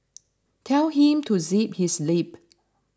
tell him to zip his lip